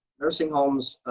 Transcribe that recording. nursing homes